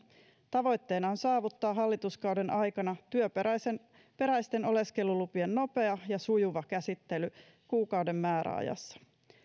tavoitteena on saavuttaa hallituskauden aikana työperäisten työperäisten oleskelulupien nopea ja sujuva käsittely kuukauden määräajassa